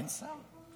אין שר?